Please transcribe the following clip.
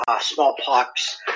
smallpox